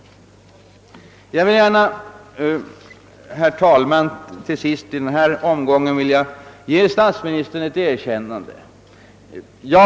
Jag vill gärna, herr talman, till sist i denna omgång ge statsministern ett erkännnade.